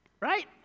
Right